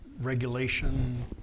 regulation